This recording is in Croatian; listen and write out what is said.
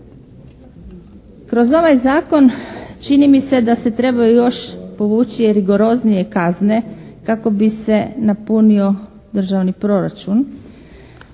Kroz ovaj zakon čini mi se da se trebaju još povući rigoroznije kazne kako bi se napunio državni proračun.